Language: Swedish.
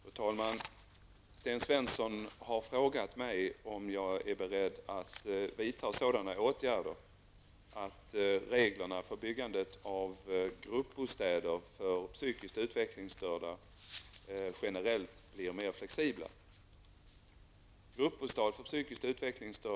Fru talman! Sten Svensson har frågat mig om jag är beredd att vidta sådana åtgärder att reglerna för byggandet av gruppbostäder för psykiskt utvecklingsstörda generellt blir mer flexibla.